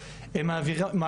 שהן גם קבוצות חרדיות,